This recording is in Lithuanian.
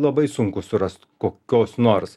labai sunku surast kokios nors